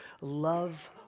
love